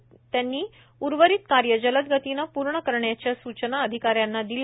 दीक्षित यांनी उर्वरित कार्य जलद गतीने पूर्ण करण्याच्या सूचना अधिकाऱ्याना दिल्या